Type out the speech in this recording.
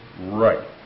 right